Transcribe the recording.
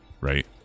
right